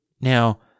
Now